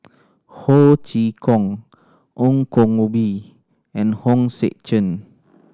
Ho Chee Kong Ong Koh Bee and Hong Sek Chern